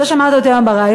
אתה שמעת אותי היום בריאיון.